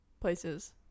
places